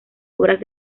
obras